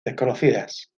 desconocidas